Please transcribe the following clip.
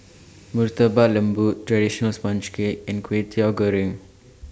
Murtabak Lembu Traditional Sponge Cake and Kwetiau Goreng